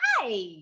Hi